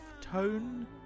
tone